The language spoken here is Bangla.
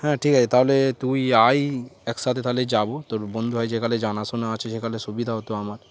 হ্যাঁ ঠিক আছে তাহলে তুই আই একসাথে তাহলে যাবো তোর বন্ধু হওয়াই যেখানে জানাশোনা আছে সেখানে সুবিধা হতো আমার